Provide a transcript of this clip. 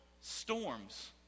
storms